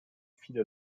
viele